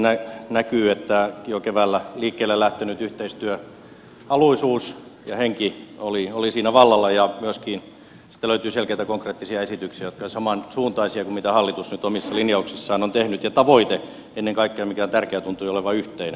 selvästi näkyy että jo keväällä liikkeelle lähtenyt yhteistyöhaluisuus ja henki oli siinä vallalla ja myöskin siitä löytyi selkeitä konkreettisia esityksiä jotka olivat samansuuntaisia kuin mitä hallitus nyt omissa linjauksissaan on tehnyt ja tavoite ennen kaikkea mikä on tärkeää tuntui olevan yhteinen